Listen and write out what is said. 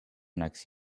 next